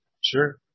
sure